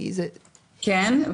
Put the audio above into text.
כן.